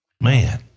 Man